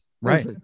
Right